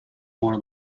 more